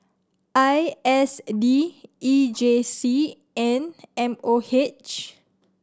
I S D E J C and M O H